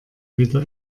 wieder